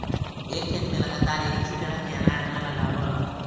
एक खेत में लगातार एक ही तरह के अनाज न लगावऽ